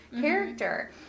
character